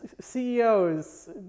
CEOs